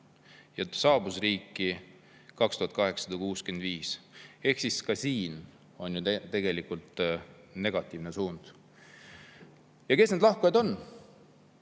ja saabus riiki 2865 ehk ka siin on tegelikult negatiivne suund. Ja kes need lahkujad on?